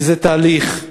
וזה תהליך.